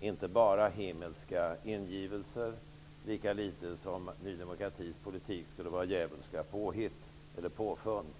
inte enbart himmelska ingivelser, lika litet som Ny demokratis politik skulle vara djävulska påfund.